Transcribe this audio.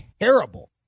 terrible